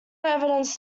evidence